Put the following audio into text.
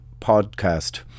podcast